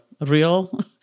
real